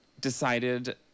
decided